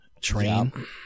train